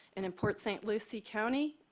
and in port st. lucie county,